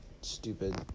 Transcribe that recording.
stupid